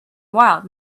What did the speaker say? wild